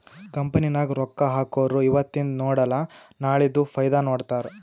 company ನಾಗ್ ರೊಕ್ಕಾ ಹಾಕೊರು ಇವತಿಂದ್ ನೋಡಲ ನಾಳೆದು ಫೈದಾ ನೋಡ್ತಾರ್